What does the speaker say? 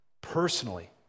personally